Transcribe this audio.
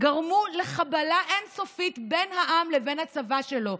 גרמו לחבלה אין-סופית בין העם לבין הצבא שלו.